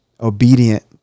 obedient